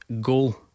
goal